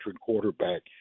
quarterback